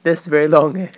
that's very long eh